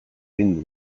egin